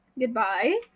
goodbye